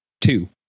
Two